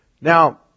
Now